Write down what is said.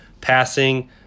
passing